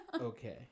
okay